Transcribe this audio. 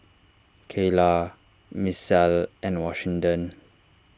Cayla Misael and Washington